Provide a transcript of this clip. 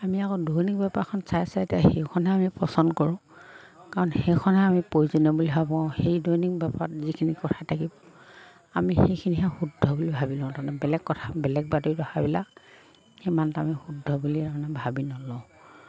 আমি আকৌ দৈনিক পেপাৰখন চাই চাই এতিয়া সেইখনহে আমি পচন্দ কৰোঁ কাৰণ সেইখনহে আমি প্ৰয়োজনীয় বুলি ভাবো আৰু সেই দৈনিক পেপাৰত যিখিনি কথা থাকিব আমি সেইখিনিহে শুদ্ধ বুলি ভাবি লওঁ তাৰমানে বেলেগ কথা বেলেগ বাতৰি কথাবিলাক সিমানটো আমি শুদ্ধ বুলি তাৰমানে ভাবি নলওঁ